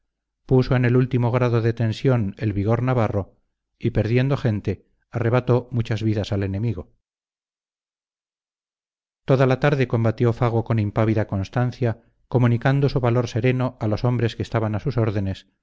puso en el último grado de tensión el vigor navarro y perdiendo gente arrebató muchas vidas al enemigo toda la tarde combatió fago con impávida constancia comunicando su valor sereno a los hombres que estaban a sus órdenes